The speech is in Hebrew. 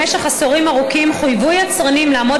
במשך עשורים ארוכים חויבו יצרנים לעמוד